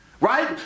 right